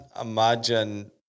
imagine